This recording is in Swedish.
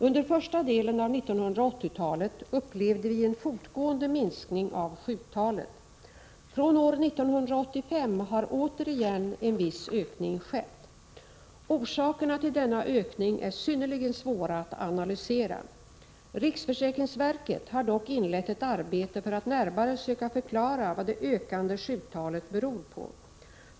Under första delen av 1980-talet upplevde vi en fortgående minskning av sjuktalet. Från år 1985 har återigen en viss ökning skett. Orsakerna till denna ökning är synnerligen svåra att analysera. Riksförsäkringsverket har dock inlett ett arbete för att närmare söka förklara vad det ökande sjuktalet beror på.